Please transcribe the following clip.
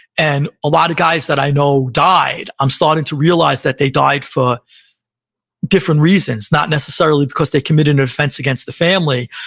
and i lot of guys that i know died. i'm starting to realize that they died for different reasons, not necessarily because they committed an offense against the family,